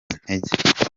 intege